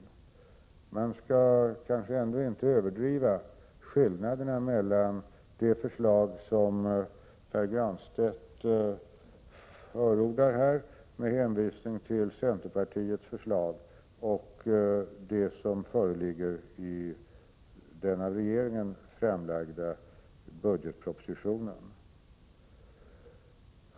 Men man skall kanske ändå inte överdriva skillnaderna mellan det förslag som Pär Granstedt förordar, med hänvisning till centerpartiets förslag, och det förslag som föreligger i den av regeringen framlagda budgetpropositionen.